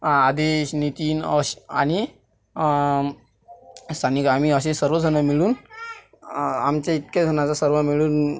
आदिश नितीन औष आणि सानिका आम्ही असे सर्वजणं मिळून आमच्या इतक्या जणाचा सर्व मिळून